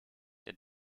der